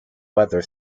weather